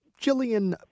Jillian